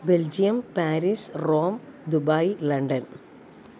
Belgium Paris Rome Dubai London